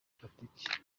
politiki